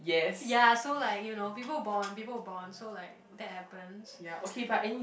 ya so like you know people bond people bond so like that happens